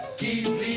keep